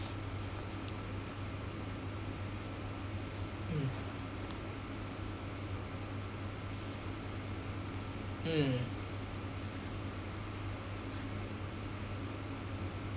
mm mm